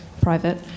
private